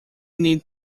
need